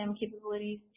capabilities